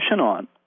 on